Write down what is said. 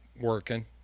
working